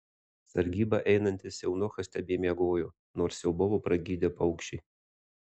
sargybą einantis eunuchas tebemiegojo nors jau buvo pragydę paukščiai